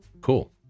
cool